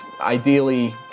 ideally